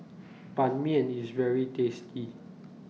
Ban Mian IS very tasty